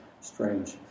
Strange